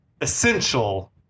essential